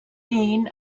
dean